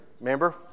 Remember